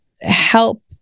help